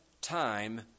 time